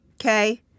Okay